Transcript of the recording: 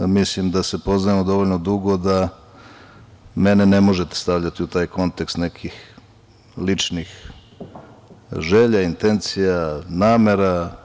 Mislim da se poznajemo dovoljno dugo da mene ne možete stavljati u taj kontekst nekih ličnih želja, intencija, namera.